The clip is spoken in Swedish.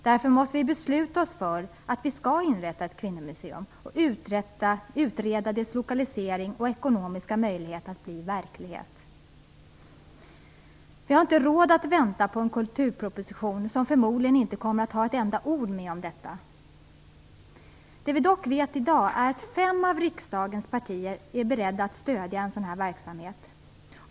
Därför måste vi besluta oss för att vi skall inrätta ett kvinnomuseum och utreda dess lokalisering och ekonomiska möjlighet att bli verklighet. Vi har inte råd att vänta på en kulturproposition som förmodligen inte kommer att ha ett enda ord med om detta. Det som vi dock vet i dag är att fem av riksdagens partier är beredda att stödja en sådan verksamhet.